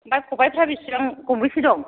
दा खबाइफ्रा बेसेबां गंबैसे दं